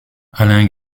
alain